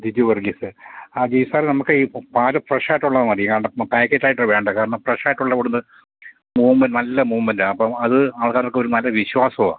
ബിജു വർഗീസ് ആ ബിജു സാർ നമുക്ക് ഈ പാല് ഫ്രഷ് ആയിട്ടുള്ളത് മതി കാരണം ഇപ്പം പാക്കറ്റ് ആയിട്ടുള്ളത് വേണ്ട കാരണം ഫ്രഷ് ആയിട്ടുള്ളത് കൊടുത്ത് മൂവ്മെൻറ്റ് നല്ല മൂവ്മെൻറ്റാ അപ്പോൾ അത് ആൾക്കാരിക്ക് ഒരു നല്ല വിശ്വാസമാ